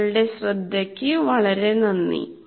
നിങ്ങളുടെ ശ്രദ്ധയ്ക്ക് വളരെ നന്ദി